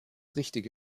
richtige